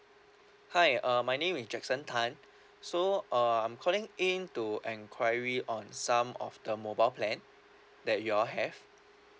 hi uh my name is jackson tan so uh I'm calling in to enquiry on some of the mobile plan that you all have